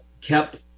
kept